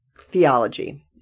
theology